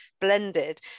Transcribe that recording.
blended